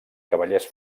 cavallers